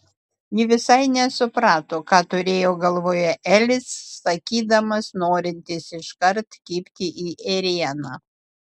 ji visai nesuprato ką turėjo galvoje elis sakydamas norintis iškart kibti į ėrieną